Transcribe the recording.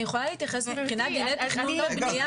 אני יכולה להתייחס מבחינת דיני התכנון והבנייה?